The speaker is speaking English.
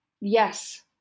yes